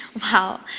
Wow